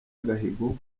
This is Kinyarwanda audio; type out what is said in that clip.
agahigo